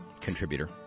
contributor